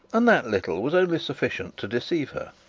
and that little was only sufficient to deceive her.